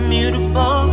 Beautiful